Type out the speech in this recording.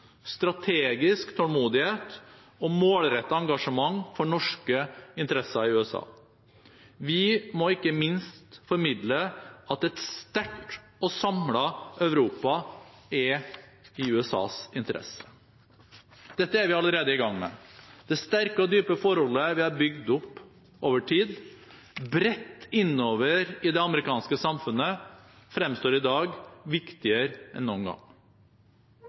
strategisk tålmodighet og målrettet engasjement for norske interesser i USA. Vi må ikke minst formidle at et sterkt og samlet Europa er i USAs interesse. Dette er vi allerede i gang med. Det sterke og dype forholdet vi har bygd opp over tid, bredt innover i det amerikanske samfunnet, fremstår i dag viktigere enn noen gang.